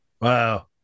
wow